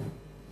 המסתובבת.